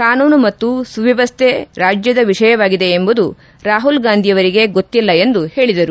ಕಾನೂನು ಮತ್ತು ಸುವ್ಯವಸ್ಥೆ ರಾಜ್ಯ ವಿಷಯವಾಗಿದೆ ಎಂಬುದು ರಾಹುಲ್ ಗಾಂಧಿಯವರಿಗೆ ಗೊತ್ತಿಲ್ಲ ಎಂದು ಹೇಳಿದರು